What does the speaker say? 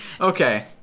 Okay